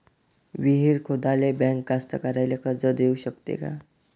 विहीर खोदाले बँक कास्तकाराइले कर्ज देऊ शकते का?